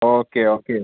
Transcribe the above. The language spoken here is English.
okay okay